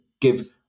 give